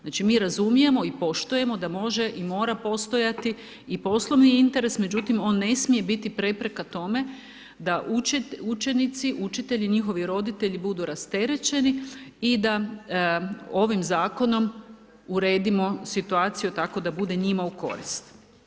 Znači mi razumijemo i poštujemo da može i mora postojati i poslovni interes međutim on ne smije biti prepreka tome da učenici, učitelji i njihovi roditelji budu rasterećeni i da ovim zakonom uredimo situaciju tako da bude njima u korist.